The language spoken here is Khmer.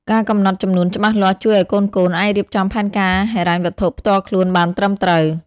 ការកំណត់ចំនួនច្បាស់លាស់ជួយឱ្យកូនៗអាចរៀបចំផែនការហិរញ្ញវត្ថុផ្ទាល់ខ្លួនបានត្រឹមត្រូវ។